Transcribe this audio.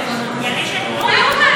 אתם לא נותנים לי.